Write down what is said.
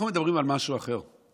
אנחנו מדברים על משהו אחר,